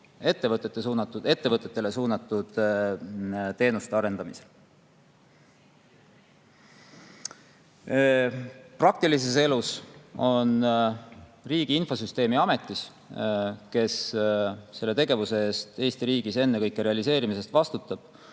ettevõtetele suunatud teenuste arendamisel. Praktilises elus on Riigi Infosüsteemi Ametis, kes selle tegevuse eest Eesti riigis, ennekõike realiseerimise eest vastutab,